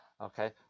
Okay